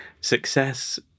success